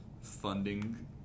funding